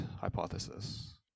hypothesis